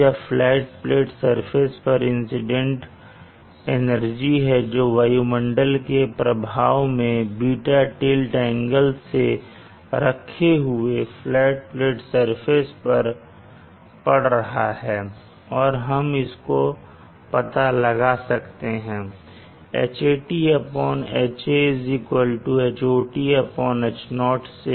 यह flat plate surface पर incident energy है जो वायुमंडल के प्रभाव में β टिल्ट एंगल से रखे हुए फ्लैट सरफेस पर पढ़ रहा है और हम इसको पता लगा सकते हैं Hat Ha Hot H0 से